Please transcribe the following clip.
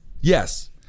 Yes